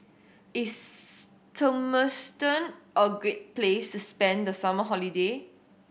is Turkmenistan a great place to spend the summer holiday